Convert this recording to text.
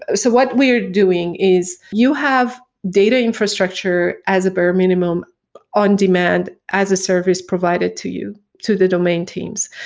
ah so what we're doing is you have data infrastructure as a bare minimum on demand as a service provided to you to the domain teams.